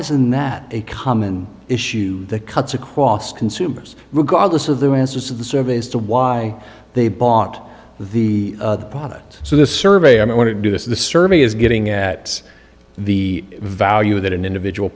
isn't that a common issue that cuts across consumers regardless of their answers to the survey as to why they bought the product so the survey i want to do this the survey is getting at the value that an individual